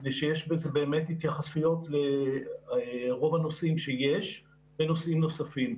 מפני שיש בזה התייחסויות לרוב הנושאים שיש ונושאים נוספים.